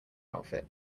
outfit